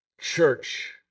church